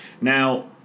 Now